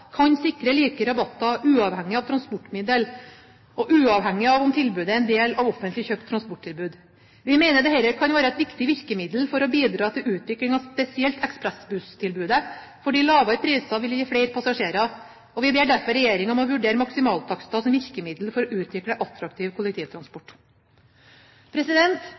kan sikre like rabatter uavhengig av transportmiddel og uavhengig av om tilbudet er en del av et offentlig kjøpt transporttilbud. Vi mener dette kan være et viktig virkemiddel for å bidra til utvikling av spesielt ekspressbusstilbudet, fordi lavere priser vil gi flere passasjerer. Vi ber derfor regjeringen vurdere maksimaltakster som virkemiddel for å utvikle attraktiv kollektivtransport.